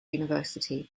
university